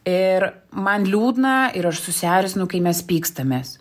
ir man liūdna ir aš susierzinu kai mes pykstamės